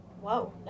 Whoa